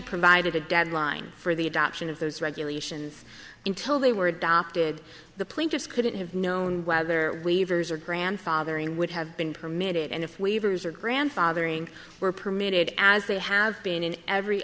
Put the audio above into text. provided a deadline for the adoption of those regulations until they were adopted the plaintiffs couldn't have known whether waivers or grandfathering would have been permitted and if waivers or grandfathering were permitted as they have been in every